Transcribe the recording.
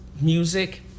music